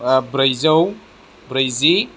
ब्रैजौ ब्रैजि